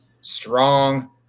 strong